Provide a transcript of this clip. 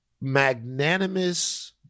magnanimous